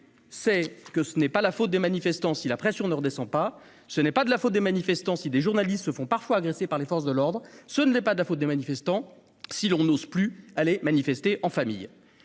réalité, ce n'est pas la faute des manifestants si la pression ne redescend pas. Ce n'est pas la faute des manifestants si des journalistes se font parfois agresser par les forces de l'ordre. Ce n'est pas la faute des manifestants si l'on n'ose plus manifester en famille.